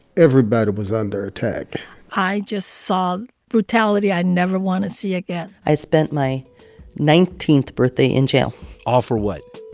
everybody was under attack i just saw brutality i never want to see again i spent my nineteenth birthday in jail all for what?